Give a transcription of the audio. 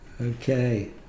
Okay